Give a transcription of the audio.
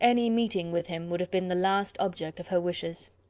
any meeting with him would have been the last object of her wishes.